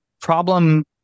Problem